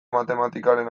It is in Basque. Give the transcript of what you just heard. matematikaren